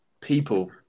People